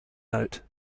note